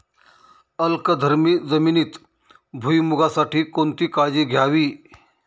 अल्कधर्मी जमिनीत भुईमूगासाठी कोणती काळजी घ्यावी?